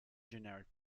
generic